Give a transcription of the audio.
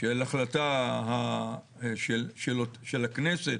של החלטה של הכנסת